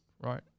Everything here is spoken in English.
Right